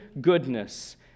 goodness